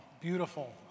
beautiful